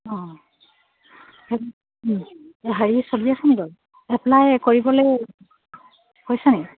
অঁ হেৰি চলি আছে নি বাৰু এপ্লাই কৰিবলৈ হৈছে নি